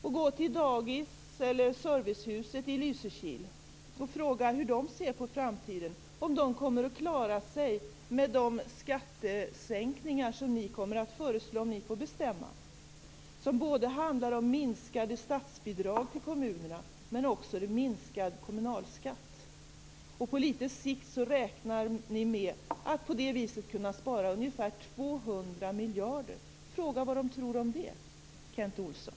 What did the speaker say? Gå till dagis eller servicehuset i Lysekil och fråga hur de ser på framtiden, om de kommer att klara sig med de skattesänkningar som ni kommer att föreslå om ni får bestämma, de som handlar om både minskade statsbidrag till kommunerna och minskad kommunalskatt. På litet sikt räknar ni med att på det viset kunna spara ungefär 200 miljarder. Fråga vad de tror om det, Kent Olsson!